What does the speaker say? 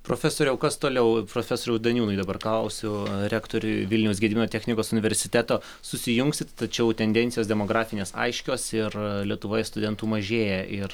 profesoriau kas toliau profesoriau daniūnai dabar klausiu rektoriui vilniaus gedimino technikos universiteto susijungsit tačiau tendencijos demografinės aiškios ir lietuvoje studentų mažėja ir